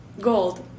Gold